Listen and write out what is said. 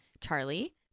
Charlie